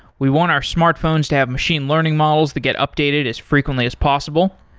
we want our smartphones to have machine learning models that get updated as frequently as possible.